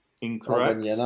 Incorrect